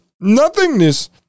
nothingness